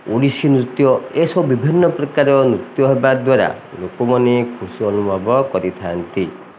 ଓଡ଼ିଶୀ ନୃତ୍ୟ ଏସବୁ ବିଭିନ୍ନ ପ୍ରକାର ନୃତ୍ୟ ହେବା ଦ୍ୱାରା ଲୋକମାନେ ଖୁସି ଅନୁଭବ କରିଥାନ୍ତି